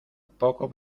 poco